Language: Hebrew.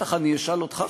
ובטח אני אשאל אותך,